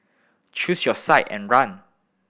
choose your side and run